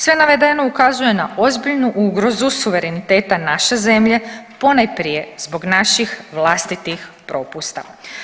Sve navedeno ukazuje na ozbiljnu ugrozu suvereniteta naše zemlje ponajprije zbog naših vlastitih propusta.